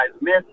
miss